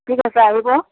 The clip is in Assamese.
ঠিক আছে আহিব